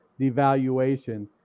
devaluation